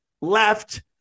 left